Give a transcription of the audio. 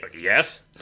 Yes